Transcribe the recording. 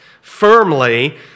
firmly